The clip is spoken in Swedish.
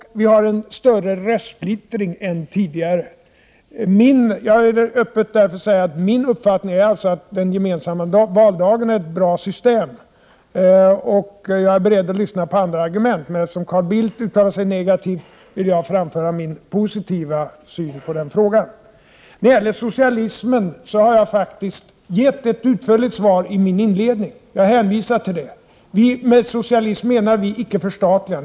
Vi har en större röstsplittring än tidigare. Min uppfattning är alltså att den gemensamma valdagen är ett bra system. Men jag är beredd att lyssna till andra argument. Eftersom Carl Bildt uttalar sig negativt, vill jag framföra min positiva syn på den frågan. När det gäller socialismen har jag faktiskt gett ett utförligt svar i mitt inledningsanförande. Jag hänvisar till det. Med socialism menar vi icke förstatligande.